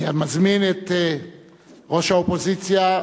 אני מזמין את ראש האופוזיציה,